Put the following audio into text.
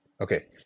Okay